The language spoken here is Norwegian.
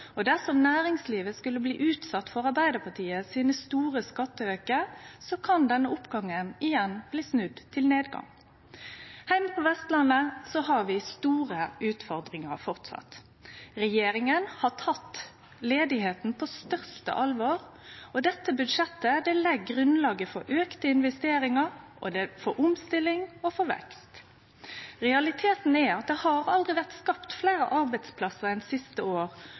sårbar. Dersom næringslivet skulle bli utsett for dei store skatteaukane til Arbeidarpartiet, kan oppgangen bli snudd til nedgang igjen. Heime på Vestlandet har vi framleis store utfordringar. Regjeringa har teke arbeidsløysa på største alvor, og dette budsjettet legg grunnlaget for auka investeringar, for omstilling og for vekst. Realiteten er at det aldri har vore skapt fleire arbeidsplassar enn det siste